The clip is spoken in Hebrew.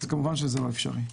וזה כמובן לא אפשרי.